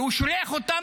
והוא שולח אותם,